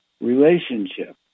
relationship